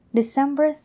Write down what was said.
December